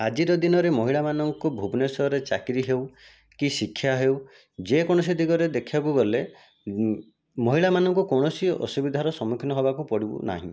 ଆଜିର ଦିନରେ ମହିଳାମାନଙ୍କୁ ଭୁବନେଶ୍ୱରରେ ଚାକିରି ହେଉ କି ଶିକ୍ଷା ହେଉ ଯେକୌଣସି ଦିଗରେ ଦେଖିବାକୁ ଗଲେ ମହିଳାମାନଙ୍କୁ କୌଣସି ଅସୁବିଧାର ସମ୍ମୁଖୀନ ହେବାକୁ ପଡ଼ୁନାହିଁ